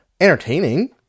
entertaining